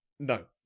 No